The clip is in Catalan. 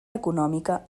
econòmica